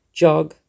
jog